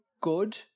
good